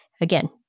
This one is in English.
again